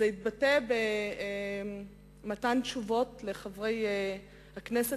זה התבטא במתן תשובות לחברי הכנסת,